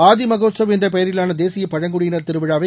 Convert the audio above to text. ஆதி மகோத்சவ் என்ற பெயரிலான தேசிய பழங்குடியினர் திருவிழாவை